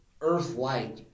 Earth-like